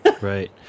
right